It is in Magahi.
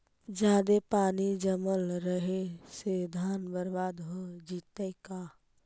जादे पानी जमल रहे से धान बर्बाद हो जितै का?